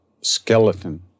skeleton